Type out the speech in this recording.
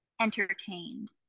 entertained